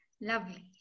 Lovely